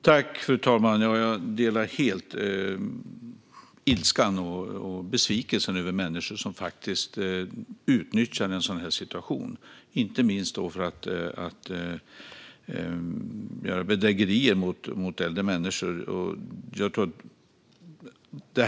Fru talman! Jag delar helt ilskan och besvikelsen över människor som utnyttjar en sådan här situation för bedrägerier mot äldre människor.